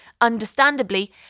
Understandably